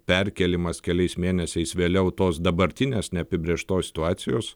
perkėlimas keliais mėnesiais vėliau tos dabartinės neapibrėžtos situacijos